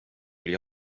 tuli